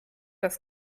das